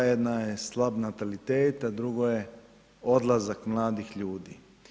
Jedna je slab natalitet, a drugo je odlazak mladih ljudi.